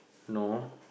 no